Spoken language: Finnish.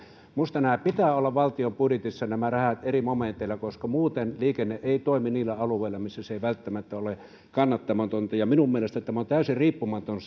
minusta näiden rahojen pitää olla valtion budjetissa eri momenteilla koska muuten liikenne ei toimi niillä alueilla missä se ei välttämättä ole kannattavaa minun mielestäni tämä on täysin riippumatonta